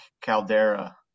caldera